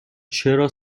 چرا